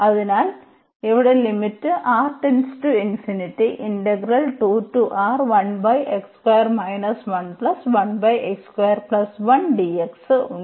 അതിനാൽ ഇവിടെ ഉണ്ട്